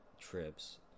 trips